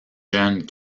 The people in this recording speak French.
jeunes